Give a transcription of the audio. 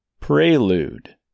Prelude